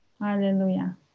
Hallelujah